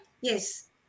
yes